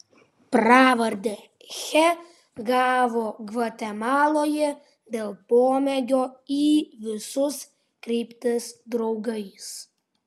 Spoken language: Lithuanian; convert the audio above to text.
pravardę che gavo gvatemaloje dėl pomėgio į visus kreiptis draugas